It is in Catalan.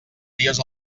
dies